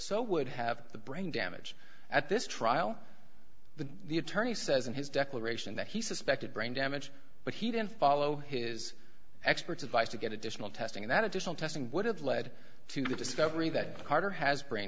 so would have the brain damage at this trial the the attorney says in his declaration that he suspected brain damage but he didn't follow his expert's advice to get additional testing that additional testing would have led to the discovery that carter has brain